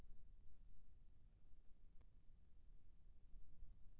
ऋण लेने वाला मनखे हर बैंक से दो बार लोन ले सकही का?